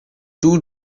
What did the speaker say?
two